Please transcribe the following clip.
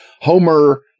Homer